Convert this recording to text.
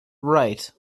right